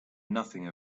nothing